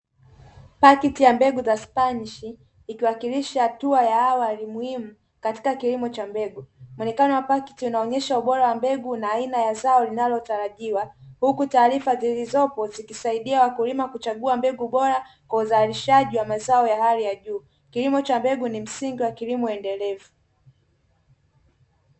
Pakiti ya mbegu za spanishi ikiwakilisha hatua ya awali muhimu katika kilimo cha mbegu, muonekano pakiti unaonyesha ubora wa mbegu na aina ya zao linalotarajiwa, huku taarifa zilizopo zikisaidia wakulima kuchagua mbegu bora, kwa uzalishaji wa mazao ya hali ya juu, kilimo cha mbegu ni msingi wa kilimo endelevu.